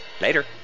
Later